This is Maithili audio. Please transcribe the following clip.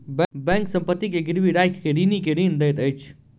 बैंक संपत्ति के गिरवी राइख के ऋणी के ऋण दैत अछि